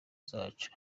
zacu